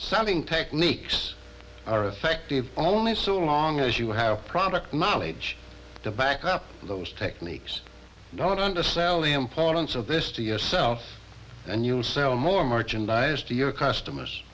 something techniques are effective only so long as you have product knowledge to back up those techniques not undersell the importance of this to yourself and you'll sell more merchandise to your customers